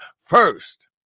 first